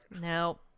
no